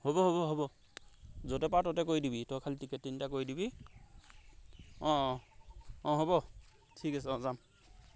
হ'ব হ'ব হ'ব য'তে পাৰ ত'তে কৰি দিবি তই খালি টিকেট তিনিটা কৰি দিবি অঁ অঁ অঁ হ'ব ঠিক আছে অঁ যাম